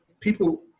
People